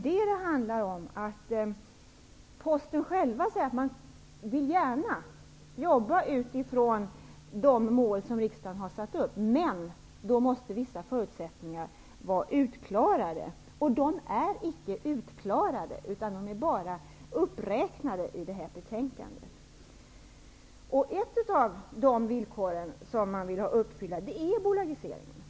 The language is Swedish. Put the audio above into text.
Det handlar ju om att Posten själv säger att man gärna vill jobba utifrån de mål som riksdagen har satt upp, men att vissa förutsättningar då måste vara utklarade, och de är icke utklarade utan bara uppräknade i betänkandet. Ett av de villkor som man vill ha uppfyllda är bolagiseringen.